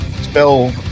spell